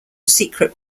secret